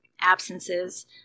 absences